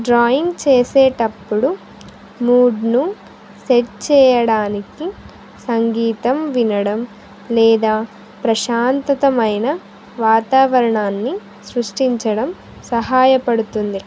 drawing చేసేటప్పుడు మూడ్ను set చేయడానికి సంగీతం వినడం లేదా ప్రశాంతతమైన వాతావరణాన్ని సృష్టించడం సహాయపడుతుంది